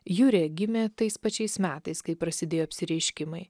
jurė gimė tais pačiais metais kai prasidėjo apsireiškimai